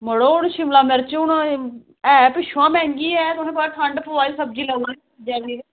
मड़ो हन शिमला मिर्च हून ऐ पिच्छुआं मैहंगी ऐ ते ठंड पवा दी ते सब्ज़ी